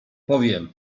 powiem